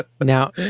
Now